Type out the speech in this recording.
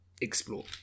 explore